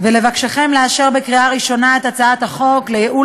ולבקשכם לאשר בקריאה ראשונה את הצעת חוק לייעול